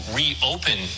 reopen